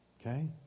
Okay